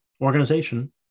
organization